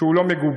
שהוא לא מגובה.